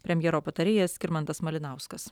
premjero patarėjas skirmantas malinauskas